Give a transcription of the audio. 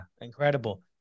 Incredible